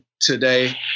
today